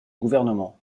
gouvernement